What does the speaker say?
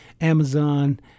amazon